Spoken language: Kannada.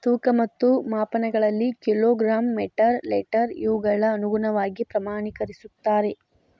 ತೂಕ ಮತ್ತು ಮಾಪನಗಳಲ್ಲಿ ಕಿಲೋ ಗ್ರಾಮ್ ಮೇಟರ್ ಲೇಟರ್ ಇವುಗಳ ಅನುಗುಣವಾಗಿ ಪ್ರಮಾಣಕರಿಸುತ್ತಾರೆ